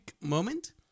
moment